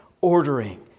ordering